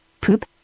Poop